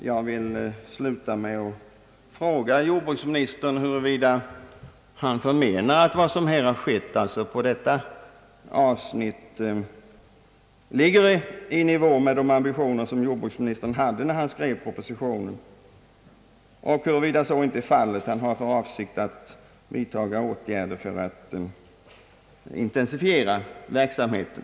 Jag vill sluta med att fråga jordbruksministern om han menar att vad som skett på det aktuella avsnittet ligger i nivå med de ambitioner jordbruksministern hade när han skrev propositionen. Och om så inte är fallet, har jordbruksministern då för avsikt att vidtaga åtgärder för att intensifiera verksamheten?